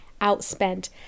outspent